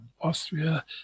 Austria